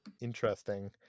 Interesting